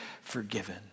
forgiven